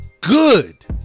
good